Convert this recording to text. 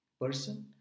person